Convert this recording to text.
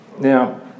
now